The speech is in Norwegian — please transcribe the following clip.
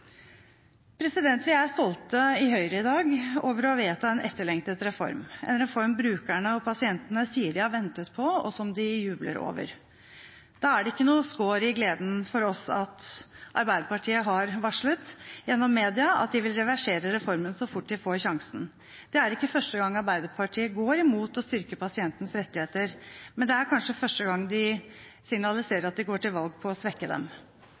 Vi er i Høyre i dag stolt over å vedta en etterlengtet reform, en reform brukerne og pasientene sier de har ventet på, og som de jubler over. Det er ikke noe skår i gleden for oss at Arbeiderpartiet har varslet gjennom media at de vil reversere reformen så fort de får sjansen. Det er ikke første gang Arbeiderpartiet går imot å styrke pasientenes rettigheter, men det er kanskje første gang de signaliserer at de går til valg på å svekke dem.